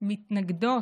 מתנגדות